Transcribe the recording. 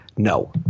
No